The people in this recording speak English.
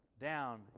down